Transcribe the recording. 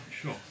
Sure